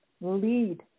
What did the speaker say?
lead